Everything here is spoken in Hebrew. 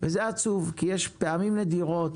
וזה עצוב, כי יש פעמים נדירות